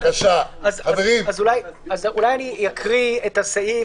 אולי אקרא את הסעיף,